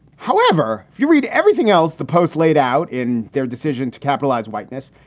however, if you read everything else the post laid out in their decision to capitalize whiteness,